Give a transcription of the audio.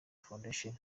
foundation